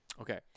Okay